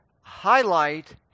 highlight